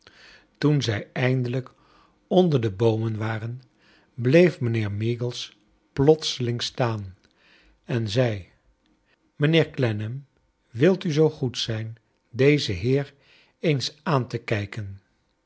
toen zij eindelijk onder de boomen waren bleef mijnheer meagles plotseling staan en zei mijnheer clennam wilt u zoo goed zijn dezen heer eens aan te kijken